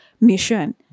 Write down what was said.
mission